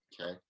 okay